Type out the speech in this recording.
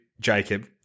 Jacob